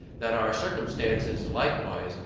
that our circumstances, likewise,